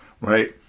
right